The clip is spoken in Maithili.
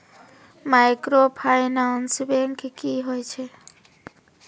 माइक्रोफाइनांस बैंक की होय छै?